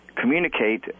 communicate